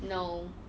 no